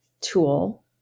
tool